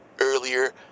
earlier